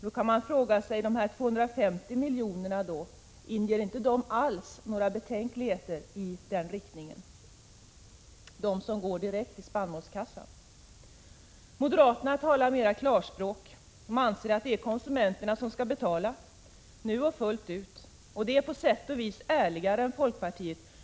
Då kan man fråga sig om dessa 250 miljoner, som går direkt till spannmålskassan, inte alls inger några betänkligheter i den riktningen. Moderaterna talar mera klarspråk. De anser att det är konsumenterna som skall betala — nu och fullt ut. Det är på sitt vis ärligare än folkpartiets agerande.